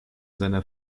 seiner